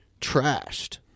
trashed